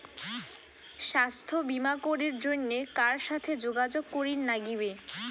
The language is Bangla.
স্বাস্থ্য বিমা করির জন্যে কার সাথে যোগাযোগ করির নাগিবে?